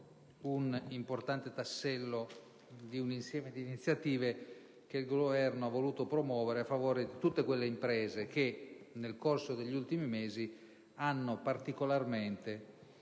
un importante tassello di un insieme di iniziative che il Governo ha voluto promuovere a favore di tutte quelle imprese che nel corso degli ultimi mesi hanno particolarmente